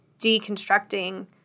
deconstructing